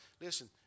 listen